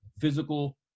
physical